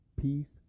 Peace